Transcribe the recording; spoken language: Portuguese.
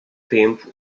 tempo